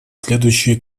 следующие